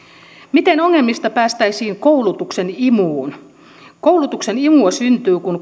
miten ongelmista päästäisiin koulutuksen imuun koulutuksen imua syntyy kun